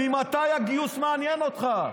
ממתי הגיוס מעניין אותך?